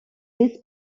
miss